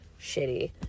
shitty